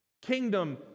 Kingdom